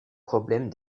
problème